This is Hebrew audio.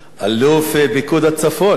אלוף פיקוד הצפון.